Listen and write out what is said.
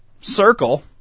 circle